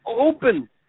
open